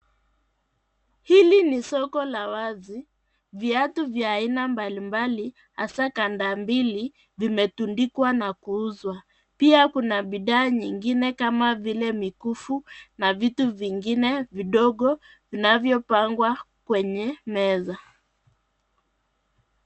Hili ni soko la wazi. Vyatu vya aina mbali mbali hasa kanda mbili vimetundikwa na kuuzwa. Pia kuna bidhaa nyingine kama vile mikufu na vitu vingine vidogo vinavyo pangwa kwenye meza.